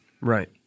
Right